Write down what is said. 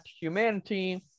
humanity